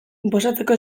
inposatzeko